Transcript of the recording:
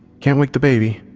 can't wake the baby.